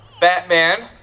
Batman